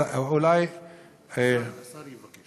השר יענה?